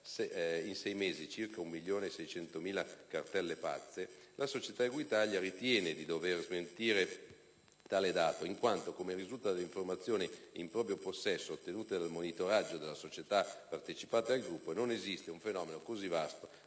in sei mesi circa 1.600.000 cartelle pazze, la società Equitalia ritiene di dover smentire tale dato in quanto, come risulta dalle informazioni in proprio possesso ottenute dal monitoraggio delle società partecipate del gruppo, non esiste un fenomeno così vasto